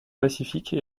pacifique